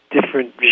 Different